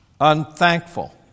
unthankful